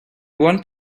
one